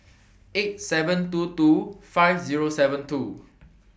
eight seven two two five Zero seven two